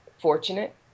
fortunate